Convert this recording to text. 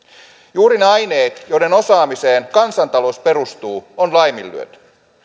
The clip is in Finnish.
juuri ne aineet joiden osaamiseen kansantalous perustuu on laiminlyöty